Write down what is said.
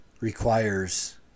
requires